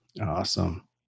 awesome